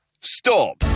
Stop